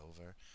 over